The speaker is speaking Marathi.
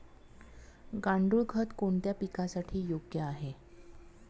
गांडूळ खत कोणत्या पिकासाठी योग्य आहे?